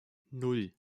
nan